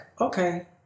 Okay